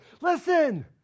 Listen